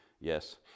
Yes